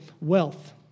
wealth